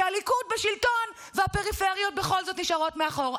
כשהליכוד בשלטון והפריפריות בכל זאת נשארות מאחור.